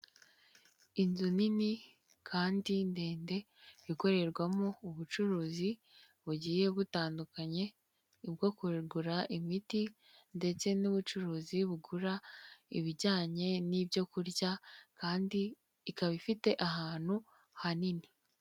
Inzu nini kandi ndende ikorerwamo ubucuruzi bugiye butandukanye, bwo kuregura imiti ndetse n'ubucuruzi bugura ibijyanye n'ibyo kurya kandi ikaba ifite ahantu hanini.